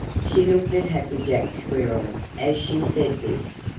she looked at happy jack squirrel as she said this,